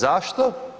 Zašto?